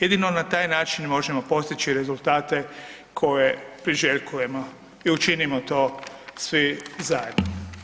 Jedino na taj način možemo postići rezultate koje priželjkujemo i učinimo to svi zajedno.